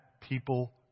people